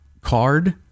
card